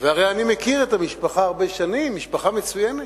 והרי אני מכיר את המשפחה הרבה שנים, משפחה מצוינת.